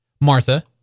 Martha